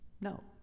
no